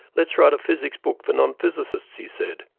let's write a physics book for non-physicists, he said,